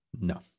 No